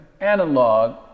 analog